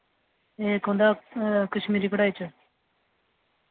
इक होंदा कश्मीरी कढ़ाई च